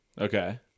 okay